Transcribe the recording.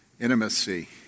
intimacy